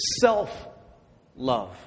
self-love